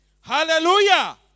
Hallelujah